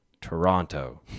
Toronto